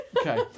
Okay